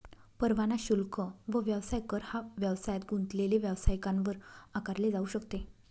परवाना शुल्क व व्यवसाय कर हा व्यवसायात गुंतलेले व्यावसायिकांवर आकारले जाऊ शकते